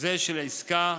זה של העסקה,